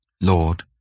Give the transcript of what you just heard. Lord